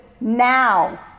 now